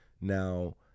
Now